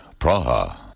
Praha